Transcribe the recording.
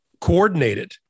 coordinated